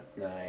Nice